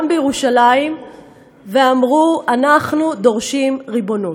בירושלים ואמרו: אנחנו דורשים ריבונות.